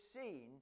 seen